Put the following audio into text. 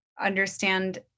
understand